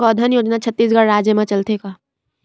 गौधन योजना छत्तीसगढ़ राज्य मा चलथे का?